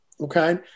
okay